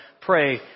pray